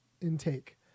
intake